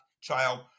child